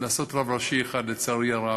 לבחירת רב ראשי אחד, לצערי הרב,